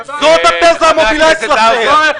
זאת התיזה המובילה אצלכם.